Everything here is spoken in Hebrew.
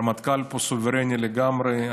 הרמטכ"ל פה סוברני לגמרי.